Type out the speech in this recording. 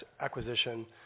Acquisition